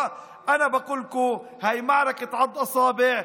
המתנשאת היסטורית והפלתה אותנו היסטורית,